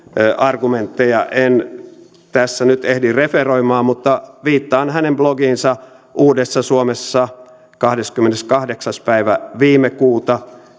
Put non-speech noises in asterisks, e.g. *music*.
argumentteja en tässä nyt ehdi referoimaan mutta viittaan hänen blogiinsa uudessa suomessa kahdeskymmeneskahdeksas päivä viime kuuta *unintelligible*